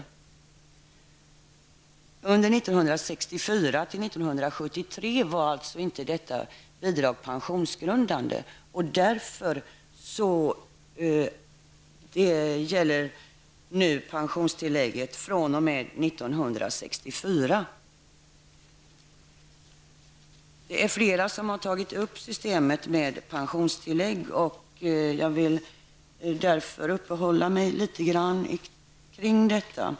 Under tiden 1964--1973 var alltså inte detta bidrag pensionsgrundande, och därför gäller nu pensionstillägget fr.o.m. 1964. Flera har talat om systemet med pensionstillägg, och jag vill därför uppehålla mig litet grand kring detta.